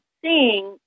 seeing